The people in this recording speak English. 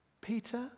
Peter